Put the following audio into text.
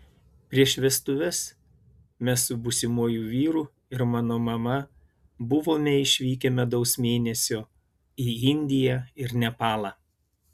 prieš vestuves mes su būsimuoju vyru ir mano mama buvome išvykę medaus mėnesio į indiją ir nepalą